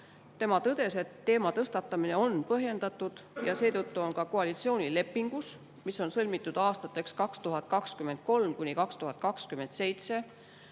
Tema tõdes, et teema tõstatamine on põhjendatud ja seetõttu on ka koalitsioonilepingus, mis on sõlmitud aastateks 2023–2027,